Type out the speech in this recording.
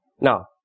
Now